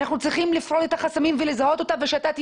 אנחנו צריכים לפרוט את החסמים ולזהות אותם ושתהיה